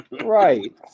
right